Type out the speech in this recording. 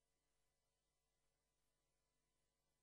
ואין חולק